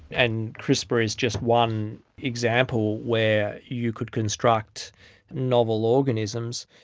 and crispr is just one example where you could construct novel organisms,